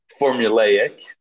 formulaic